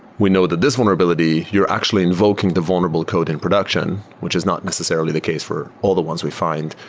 we know that this vulnerability, you're actually invoking the vulnerable code in production, which is not necessarily the case for all the ones we find.